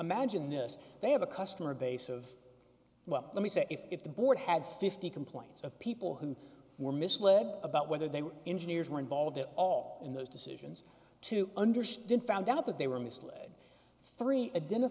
imagine this they have a customer base of well let me say if the board had fifty complaints of people who were misled about whether they were engineers were involved at all in those decisions to understand found out that they were misled three